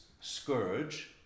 scourge